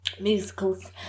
musicals